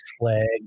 flag